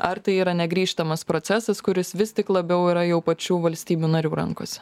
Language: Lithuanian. ar tai yra negrįžtamas procesas kuris vis tik labiau yra jau pačių valstybių narių rankose